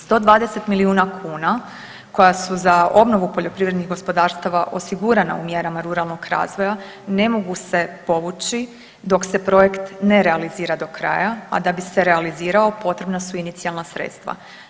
120 milijuna kuna koja su za obnovu poljoprivrednih gospodarstava osigurana u mjerama ruralnog razvoja ne mogu se povući dok se projekt ne realizira do kraja, a da bi se realizirao potrebna su inicijalna sredstva.